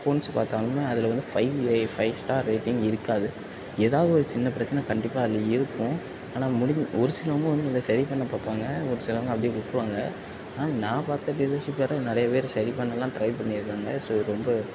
accounts பார்த்தாலுமே அதில் வந்து ஃபைவ் ரே ஃபைவ் ஸ்டார் ரேட்டிங் இருக்காது எதாவது ஒரு சின்ன பிரச்சனை கண்டிப்பாக அதில் இருக்கும் ஆனால் முடியும் ஒரு சிலவங்க வந்து இதை சரி பண்ண பார்ப்பாங்க ஒரு சிலவங்க அப்டே விட்ருவாங்க ஆனால் நான் பார்த்த டீலர்ஷிப்பில் நிறைய பேர் சரி பண்ணலாம் ட்ரை பண்ணிருக்காங்க ஸோ ரொம்ப